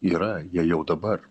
yra jie jau dabar